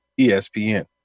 ESPN